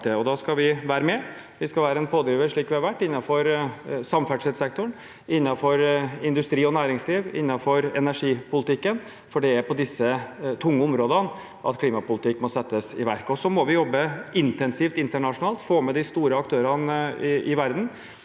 da skal vi være med. Vi skal være en pådriver – slik vi har vært – innenfor samferdselssektoren, innenfor industri og næringsliv og innenfor energipolitikken, for det er på disse tunge områdene klimapolitikk må iverksettes. Så må vi jobbe intensivt internasjonalt, få med de store aktørene i verden